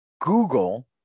Google